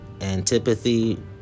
antipathy